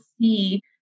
see